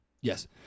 Yes